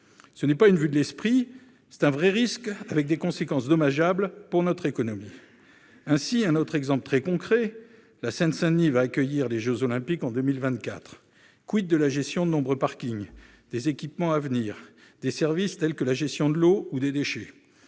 Ce n'est pas une vue de l'esprit : c'est un vrai risque, avec des conséquences dommageables pour notre économie. Ainsi, permettez-moi de citer un autre exemple très concret : la Seine-Saint-Denis va accueillir les jeux Olympiques en 2024. de la gestion de nombreux parkings ? Des équipements à venir ? Des services tels que la gestion de l'eau ou des déchets ?